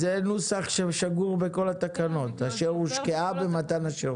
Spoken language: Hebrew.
וזה נוסח ששגור בכל התקנות "אשר הושקעה במתן השירות".